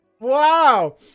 Wow